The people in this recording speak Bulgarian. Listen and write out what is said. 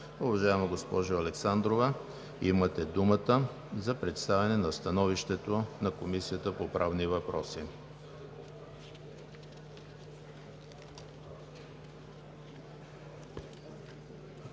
Уважаема госпожо Александрова, имате думата за представяне на становището на Комисията по правни въпроси.